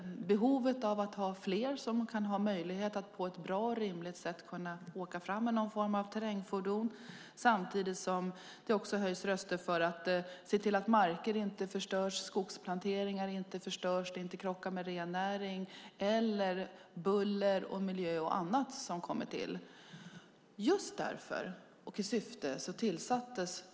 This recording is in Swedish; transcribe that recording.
Jag tänker på behovet av att fler kan ha möjlighet att på ett bra och rimligt sätt ta sig fram på en form av terrängfordon. Samtidigt höjs det röster för att se till att marker och skogsplanteringar inte förstörs och att skoteråkningen inte krockar med rennäringen. Det kan också gälla buller, miljö och annat som kommer till.